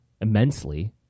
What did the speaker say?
immensely